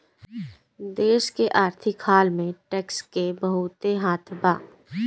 देश के आर्थिक हाल में टैक्स के बहुते हाथ बा